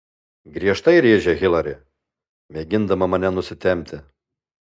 griežtai rėžia hilari mėgindama mane nusitempti